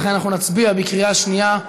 לכן אנחנו נצביע בקריאה שנייה.